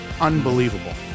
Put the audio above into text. unbelievable